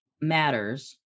Matters